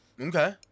Okay